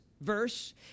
verse